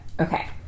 Okay